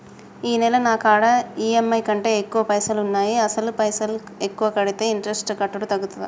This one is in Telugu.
ఈ నెల నా కాడా ఈ.ఎమ్.ఐ కంటే ఎక్కువ పైసల్ ఉన్నాయి అసలు పైసల్ ఎక్కువ కడితే ఇంట్రెస్ట్ కట్టుడు తగ్గుతదా?